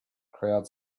crowd